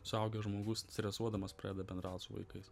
suaugęs žmogus stresuodamas pradeda bendraut su vaikais